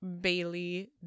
Bailey